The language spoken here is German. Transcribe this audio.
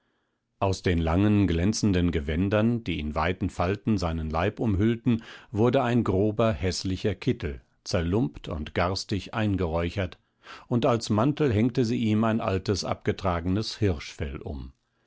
aus den langen glänzenden gewändern die in weiten falten seinen leib umhüllten wurde ein grober häßlicher kittel zerlumpt und garstig eingeräuchert und als mantel hängte sie ihm ein altes abgetragenes hirschfell um